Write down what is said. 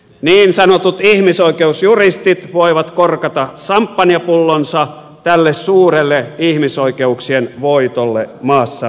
niin sanotut ihmisoikeusjuristit voivat korkata samppanjapullonsa tälle suurelle ihmisoikeuksien voitolle maassamme